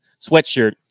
sweatshirt